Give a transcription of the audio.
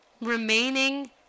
remaining